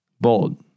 Bold